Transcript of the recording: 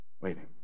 Waiting